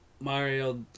Mario